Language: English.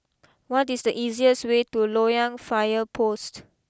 what is the easiest way to Loyang fire post